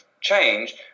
change